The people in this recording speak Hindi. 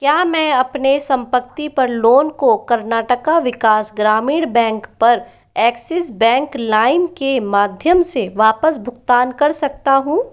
क्या मैं अपने सम्पत्ति पर लोन को कर्नाटक विकास ग्रामीण बैंक पर एक्सिस बैंक लाइम के माध्यम से वापस भुगतान कर सकता हूँ